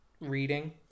Reading